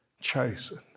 chosen